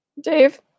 Dave